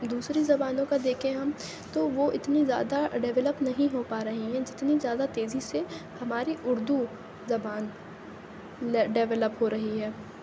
دوسری زبانوں کا دیکھیں ہم تو وہ اتنی زیادہ ڈیولپ نہیں ہو پا رہیں ہیں جتنی زیادہ تیزی سے ہماری اُردو زبان ڈیولپ ہو رہی ہے